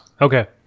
Okay